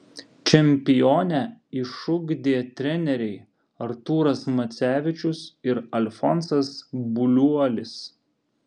čempionę išugdė treneriai artūras macevičius ir alfonsas buliuolis